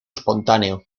espontáneo